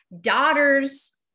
daughters